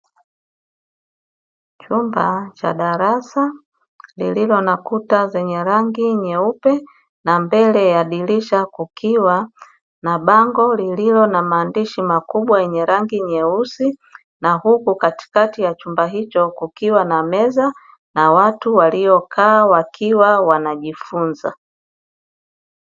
Chumba cha darasa, lililo na kuta zenye rangi nyeupe na mbele ya dirisha kukiwa na bango lililo na maandishi makubwa yenye rangi nyeusi, na huku katikati ya chumba hicho kukiwa na meza na watu waliokaa wakiwa wanajifunza.